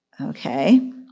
Okay